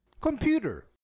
Computer